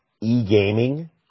e-gaming